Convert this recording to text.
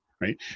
right